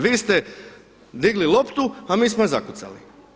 Vi ste digli loptu a mi smo je zakucali.